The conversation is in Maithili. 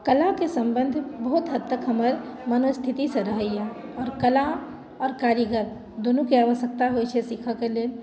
कलाके सम्बन्ध बहुत हदतक हमर मनःस्थितिसँ रहैए आओर कला आओर कारीगर दुनूके आवश्यक्ता होइत छै सीखय के लेल